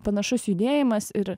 panašus judėjimas ir